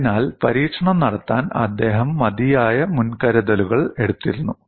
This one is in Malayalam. അതിനാൽ പരീക്ഷണം നടത്താൻ അദ്ദേഹം മതിയായ മുൻകരുതലുകൾ എടുത്തിരുന്നു